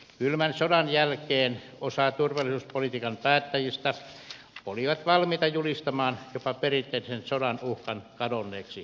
kylmän sodan jälkeen osa turvallisuuspolitiikan päättäjistä oli valmis julistamaan jopa perinteisen sodan uhkan kadonneeksi euroopasta